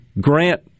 grant